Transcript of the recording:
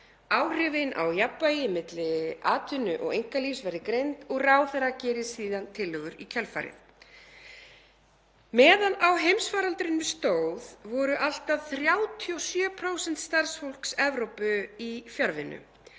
áhrifin á jafnvægi milli atvinnu og einkalífs verði greind og ráðherra geri síðan tillögur í kjölfarið. Meðan á heimsfaraldri stóð voru allt að 37% starfsfólks Evrópu í fjarvinnu.